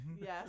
yes